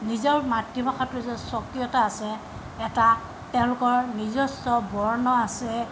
নিজৰ মাতৃভাষাটোৰ যে স্বকীয়তা আছে এটা তেওঁলোকৰ নিজস্ব বৰ্ণ আছে